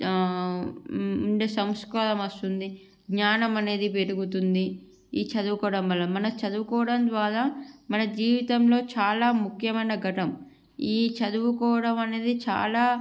ఆ ఉండే సంస్కారం వస్తుంది జ్ఞానం అనేది పెరుగుతుంది ఈ చదువుకోవడం వల్ల మనకు చదువుకోవడం ద్వారా మన జీవితంలో చాలా ముఖ్యమైన ఘటం ఈ చదువుకోవడం అనేది చాలా